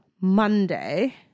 Monday